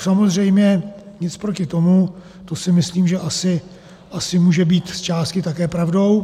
Samozřejmě nic proti tomu, to si myslím, že asi může být zčásti také pravdou.